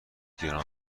گران